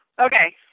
Okay